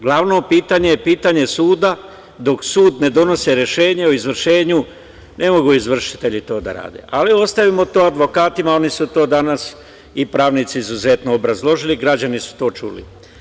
Glavno pitanje je pitanje suda, dok sud ne donosi rešenje o izvršenju ne mogu izvršitelji to da rade, ali ostavimo to advokatima, oni su danas, ti pravnici izuzetno obrazložili, građani su to čuli.